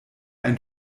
ein